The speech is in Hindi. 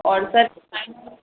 और सर के साइन